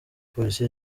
polisi